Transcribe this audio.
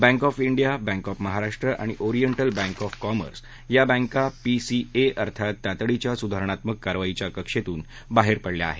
bank of India bank of Maharashtra आणि Oriental bank of commerce या बँका पीसीए अर्थात तातडीच्या सुधारणात्मक कारवाईच्या कक्षेतून बाहेर पडल्या आहेत